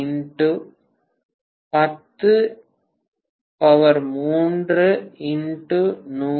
42x103x100